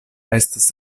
estas